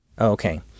okay